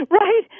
right